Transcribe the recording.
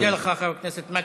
אני מודה לך, חבר הכנסת מקלב.